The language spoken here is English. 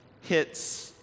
hits